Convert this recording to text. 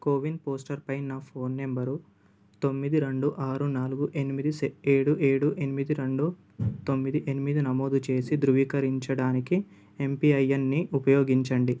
CoWIN పోస్టర్పై నా phone number తోమ్మిది రెండు ఆరు నాలుగు ఎనిమిది సె ఏడూ ఏడూ ఎనిమిది రెండు తొమ్మిది ఎనిమిది నమోదు చేసి ధృవీకరరించడానికి ఎంపిఐఎన్ని ఉపయోగించండి